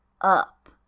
Up